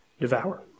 devour